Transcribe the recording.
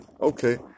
Okay